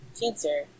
cancer